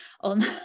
on